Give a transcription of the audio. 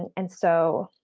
and so,